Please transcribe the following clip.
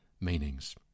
meanings